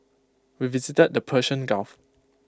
we visited the Persian gulf